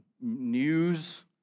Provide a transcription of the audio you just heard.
news